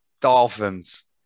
Dolphins